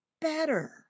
better